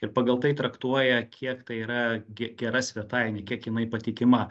ir pagal tai traktuoja kiek tai yra gera svetainė kiek jinai patikima